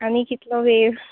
आनी कितलो वेळ